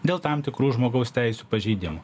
dėl tam tikrų žmogaus teisių pažeidimų